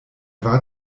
war